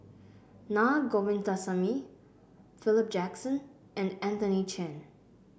Na Govindasamy Philip Jackson and Anthony Chen